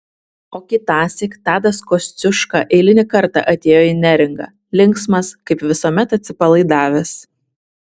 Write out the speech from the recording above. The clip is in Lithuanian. o kitąsyk tadas kosciuška eilinį kartą atėjo į neringą linksmas kaip visuomet atsipalaidavęs